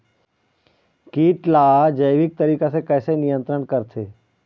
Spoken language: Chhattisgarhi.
कीट ला जैविक तरीका से कैसे नियंत्रण करथे?